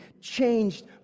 changed